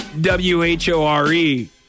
W-H-O-R-E